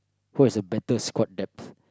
who has the better squad depth